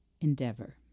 endeavor